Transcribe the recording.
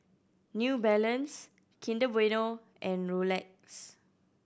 New Balance Kinder Bueno and Rolex